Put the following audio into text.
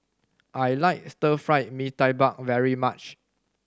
I like Stir Fry Mee Tai Mak very much